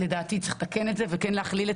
לדעתי צריך לתקן את זה וכן להכליל את